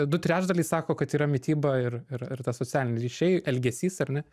du trečdaliai sako kad yra mityba ir ir ta socialiniai ryšiai elgesys ar ne